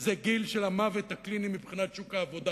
זה הגיל של המוות הקליני מבחינת שוק העבודה.